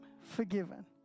forgiven